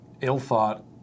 ill-thought